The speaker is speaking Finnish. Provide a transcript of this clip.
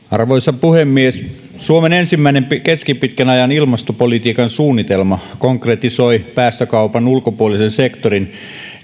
arvoisa puhemies suomen ensimmäinen keskipitkän ajan ilmastopolitiikan suunnitelma konkretisoi päästökaupan ulkopuolisen sektorin